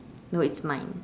no it's mine